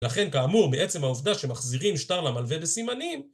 לכן, כאמור, בעצם העובדה שמחזירים שטר למלווה בסימנים